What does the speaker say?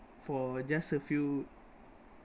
for just a few